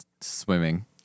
swimming